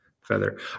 feather